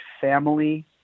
family